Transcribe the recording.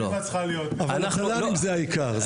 התל"נים זה העיקר.